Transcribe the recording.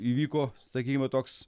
įvyko sakykim va toks